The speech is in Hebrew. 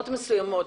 ההצבעה.